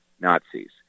Nazis